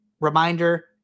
Reminder